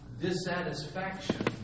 dissatisfaction